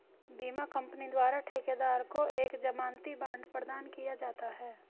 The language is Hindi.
बीमा कंपनी द्वारा ठेकेदार को एक जमानती बांड प्रदान किया जाता है